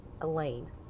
Elaine